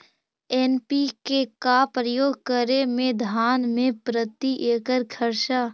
NPK का प्रयोग करे मे धान मे प्रती एकड़ खर्चा?